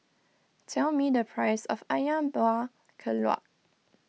tell me the price of Ayam Buah Keluak